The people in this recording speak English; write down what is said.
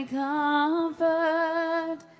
comfort